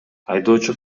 айдоочу